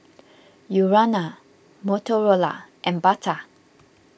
Urana Motorola and Bata